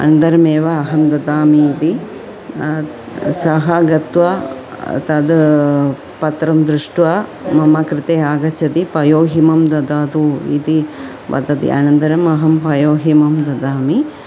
अन्दरमेव अहं ददामि इति सः गत्वा तद् पत्रं दृष्ट्वा मम कृते आगच्छति पयोहिमं ददातु इति वदति अनन्तरमहं पयोहिमं ददामि